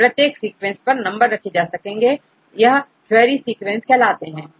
प्रत्येक सीक्वेंस पर नंबर रखे जा सकेंगे यह क्वेरी सीक्वेंस कहलाते हैं